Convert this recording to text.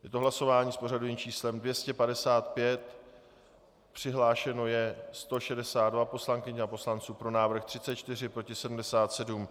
Je to hlasování s pořadovým číslem 255, přihlášeno je 162 poslankyň a poslanců, pro návrh 34, proti 77.